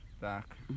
back